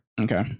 Okay